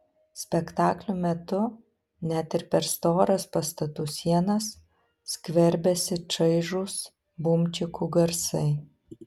spektaklių metu net ir per storas pastatų sienas skverbiasi čaižūs bumčikų garsai